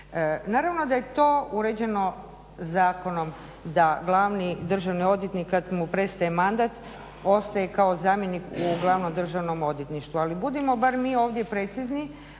Naravno da je to određeno da glavni državni odvjetnik kad mu prestaje mandat ostaje kao zamjenik u glavnom državnom odvjetništvu ali budimo bar mi ovdje precizni